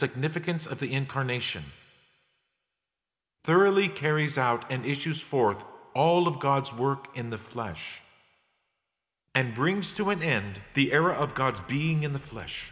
significance of the incarnation thoroughly carries out and issues forth all of god's work in the flesh and brings to an end the era of god's being in the flesh